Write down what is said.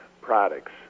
products